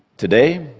today,